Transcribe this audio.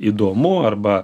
įdomu arba